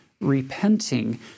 repenting